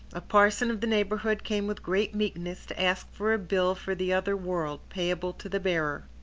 a parson of the neighborhood came with great meekness to ask for a bill for the other world payable to the bearer.